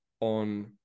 on